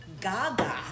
gaga